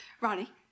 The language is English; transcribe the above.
Ronnie